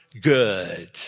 good